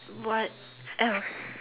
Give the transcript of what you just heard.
what else